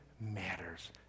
matters